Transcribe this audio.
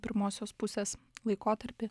pirmosios pusės laikotarpį